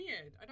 weird